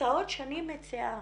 הצעות שאני מציעה